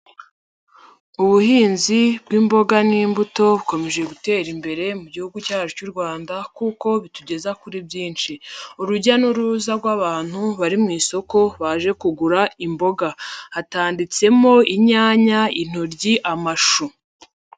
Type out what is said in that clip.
Ubuhinzi bw'imboga n'imbuto bukomeje gutera imbere mu gihugu cyacu cy'u Rwanda kuko bitugeza kuri byinshi, urujya n'uruza rw'abantu bari mu isoko baje kugura imboga hatanditsemo inyanya, intoryi, amashu.